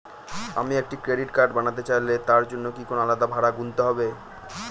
আমি একটি credit card বানাতে চাইলে তার জন্য কি কোনো আলাদা ভাড়া গুনতে হবে?